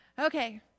Okay